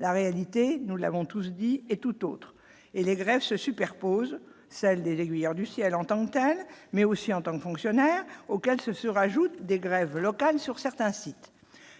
la réalité, nous l'avons tous dit est tout autre et les grèves se superpose celle des aiguilleurs du ciel, en tant que telle, mais aussi en tant que fonctionnaire auquel se surajoute des grèves locales sur certains sites,